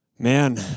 Man